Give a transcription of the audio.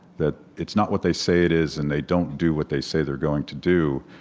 that it's not what they say it is, and they don't do what they say they're going to do.